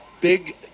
Big